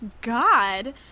God